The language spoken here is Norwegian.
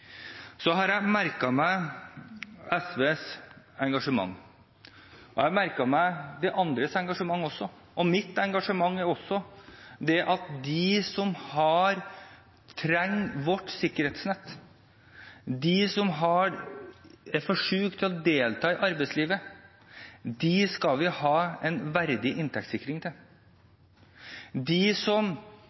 Så har jeg merket meg SVs engasjement. Jeg har merket meg de andres engasjement også. Mitt engasjement går på at de som trenger vårt sikkerhetsnett, de som er for syke til å delta i arbeidslivet, skal vi gi en verdig inntektssikring. Jeg vil ha et velferdssamfunn som er noe mer for dem som trenger det mest, ikke et velferdssamfunn som